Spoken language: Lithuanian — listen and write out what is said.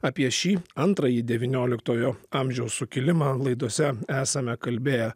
apie šį antrąjį devynioliktojo amžiaus sukilimą laidose esame kalbėję